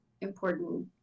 important